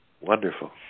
wonderful